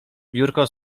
biurko